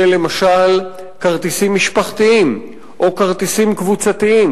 כמו למשל כרטיסים משפחתיים או כרטיסים קבוצתיים,